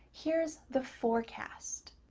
here's the forecast.